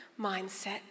mindset